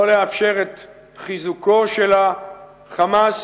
לא לאפשר את חיזוקו של ה"חמאס",